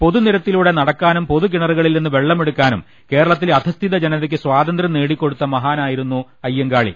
പൊതുനിരത്തിലൂടെ നടക്കാനും പൊതു കിണറുക ളിൽ നിന്ന് വെള്ളമെടുക്കാനും കേരളത്തിലെ അധസ്ഥിത ജനതക്ക് സ്വാതന്ത്രൃം നേടിക്കൊടുത്ത മഹാനായിരുന്നു അയ്യങ്കാളി